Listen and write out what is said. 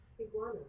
Iguana